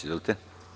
Izvolite.